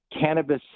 cannabis